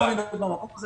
ואסור לי להיות במקום הזה